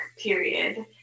period